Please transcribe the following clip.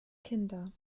kinder